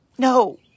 No